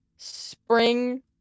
Spring